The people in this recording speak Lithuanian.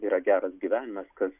yra geras gyvenimas kas